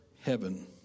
heaven